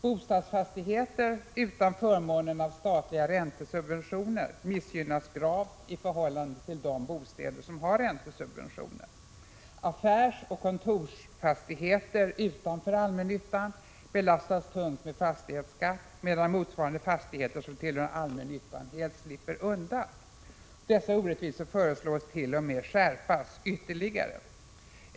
Bostadsfastigheter utan förmånen av statliga lånesubventioner missgynnas gravt i förhållande till bostäder med räntesubventioner. Affärsoch kontorsfastigheter utanför allmännyttan belastas tungt med fastighetsskatt, medan motsvarande fastigheter som tillhör allmännyttan helt slipper undan. Dessa orättvisor föreslås bli ytterligare skärpta från nästa år.